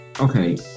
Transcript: Okay